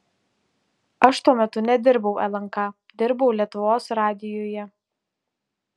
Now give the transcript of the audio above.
aš tuo metu nedirbau lnk dirbau lietuvos radijuje